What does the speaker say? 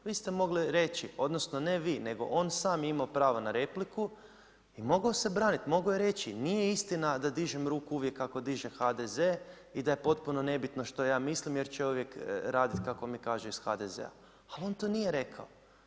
Vi ste mogli reći, odnosno ne vi, nego on je sam imao pravo na repliku i mogao se braniti, mogao je reći, nije istina da dižem ruku uvijek kako diže HDZ i da je potpuno nebitno što ja mislim jer ću ja uvijek raditi kako mi kažu iz HDZ-a, ali on to nije rekao.